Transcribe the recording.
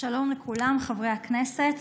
שלום לכולם, חברי הכנסת.